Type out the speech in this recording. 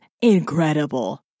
incredible